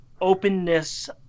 openness